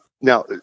Now